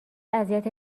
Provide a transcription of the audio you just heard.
اذیت